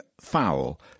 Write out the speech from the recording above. FOUL